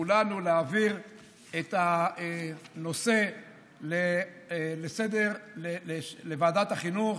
לכולנו להעביר את הנושא לסדר-היום לוועדת החינוך.